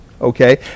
okay